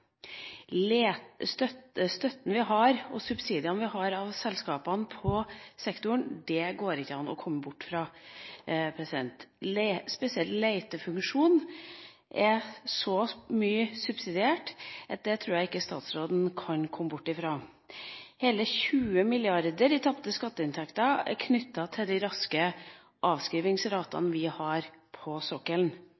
støtten vi gir, og den subsidieringen vi har av selskapene i sektoren, går det ikke an å komme bort fra. Spesielt letefunksjonen er så sterkt subsidiert at det tror jeg ikke statsråden kan komme bort fra. Hele 20 mrd. kr i tapte skatteinntekter er knyttet til de raske